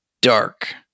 dark